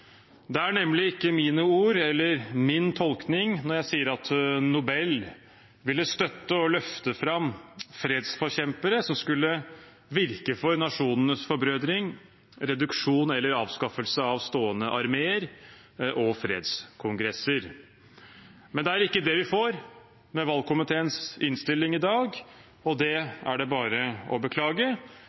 Det er nemlig ikke mine ord eller min tolkning når jeg sier at Nobel ville støtte og løfte fram fredsforkjempere som skulle virke for nasjonenes forbrødring, reduksjon eller avskaffelse av stående armeer og fredskongresser. Men det er ikke det vi får med valgkomiteens innstilling i dag, og det er det bare å beklage.